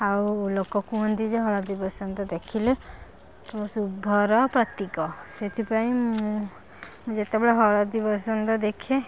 ଆଉ ଲୋକ କୁହନ୍ତି ଯେ ହଳଦୀବସନ୍ତ ଦେଖିଲେ ଶୁଭ ର ପ୍ରତୀକ ସେଥିପାଇଁ ମୁଁ ଯେତେବେଳେ ହଳଦୀ ବସନ୍ତ ଦେଖେ